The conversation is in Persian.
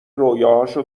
رویاهاشو